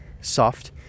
soft